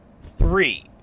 Three